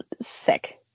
sick